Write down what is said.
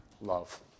love